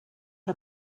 que